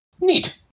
Neat